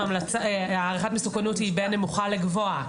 הערכת מסוכנות היא בין נמוכה לגבוהה,